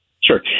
Sure